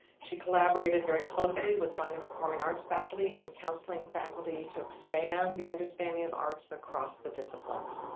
she collaborated very closely with fine and performing arts faculty and counseling faculty to expand the understanding of arts across the disciplines.